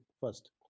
first